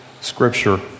scripture